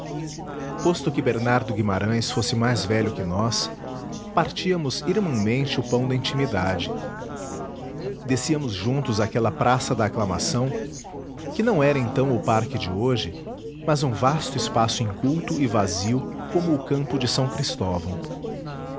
posto que bernardo guimarães fosse mais velho que nós partíamos irmãmente o pão da intimidade descíamos juntos aquela praça da aclamação que não era então o parque de hoje mas um vasto espaço inculto e vazio como o campo de s cristóvão